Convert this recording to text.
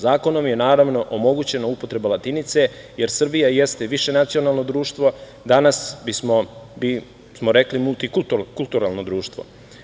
Zakonom je naravno omogućena upotreba latinice, jer Srbija jeste višenacionalno društvo, danas bi smo rekli multikulturalno društvo.